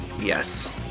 yes